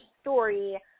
story